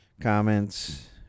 comments